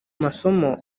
masomo